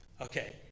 Okay